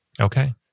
Okay